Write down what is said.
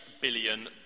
billion